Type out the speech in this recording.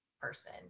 person